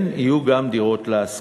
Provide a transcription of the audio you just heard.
כן, יהיו גם דירות להשכרה.